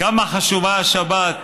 כמה חשובה השבת,